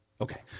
Okay